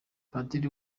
padiri